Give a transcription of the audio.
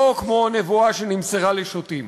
לא כמו נבואה שנמסרה לשוטים.